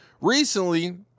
recently